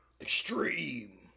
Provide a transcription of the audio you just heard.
extreme